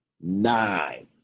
Nine